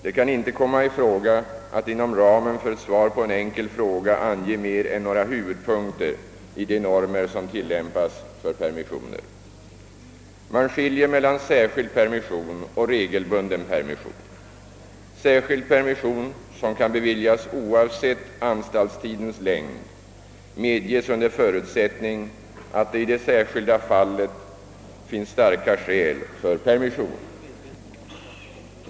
Det kan inte komma i fråga att inom ramen för ett svar på en enkel fråga ange mera än några huvudpunkter i de normer som tillämpas för permission. Man skiljer mellan särskild permission och regelbunden permission. Särskild permission, som kan beviljas oavsett anstaltstidens längd, medges under förutsättning att i det särskilda fallet starka skäl förebringas för permission.